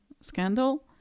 scandal